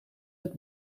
het